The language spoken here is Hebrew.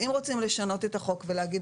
אם רוצים לשנות את החוק ולהגיד,